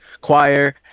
choir